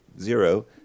zero